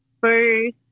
first